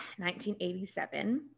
1987